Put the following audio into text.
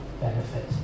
benefit